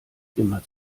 immer